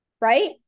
right